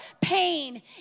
pain